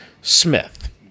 Smith